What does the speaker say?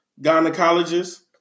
gynecologist